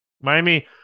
Miami